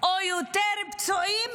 או יותר פצועים,